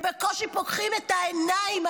הם בקושי פוקחות את העיניים.